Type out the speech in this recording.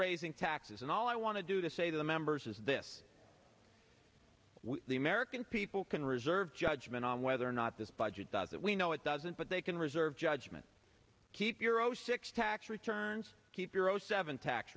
raising taxes and all i want to do to say to the members is this the american people can reserve judgment on whether or not this budget out that we know it doesn't but they can reserve judgment keep your zero six tax returns keep your zero seven tax